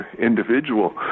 individual